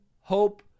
hope